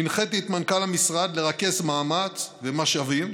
הנחיתי את מנכ"ל המשרד לרכז מאמץ ומשאבים